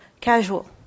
Casual